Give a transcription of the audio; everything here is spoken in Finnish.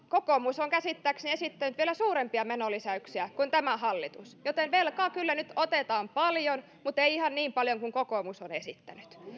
kokoomus on käsittääkseni esittänyt vielä suurempia menolisäyksiä kuin tämä hallitus joten velkaa kyllä nyt otetaan paljon mutta ei ihan niin paljon kuin kokoomus on esittänyt